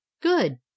Good